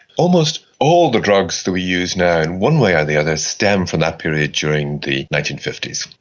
almost all the drugs that we use now in one way or the other stem from that period during the nineteen fifty s.